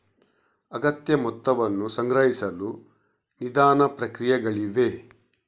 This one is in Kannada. ಅಗತ್ಯ ಮೊತ್ತವನ್ನು ಸಂಗ್ರಹಿಸಲು ನಿಧಾನ ಪ್ರಕ್ರಿಯೆಗಳಿವೆ